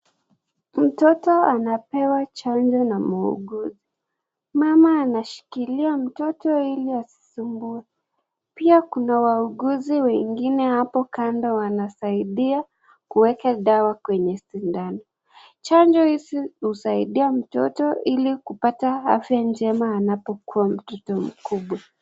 Mtoto anapewa chanjo na muuguzi mama anashikilia mtoto ili asisumbue pia kuna wauguzi wengine hapo kando wanasaidia kuweka dawa kwenye sindano. Chanjo hizi husaidia mtoto ili kupata afya njema anapokua mtoto kubwa.